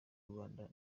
rwanda